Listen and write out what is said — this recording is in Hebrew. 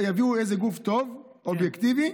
שיביאו איזה גוף טוב, אובייקטיבי,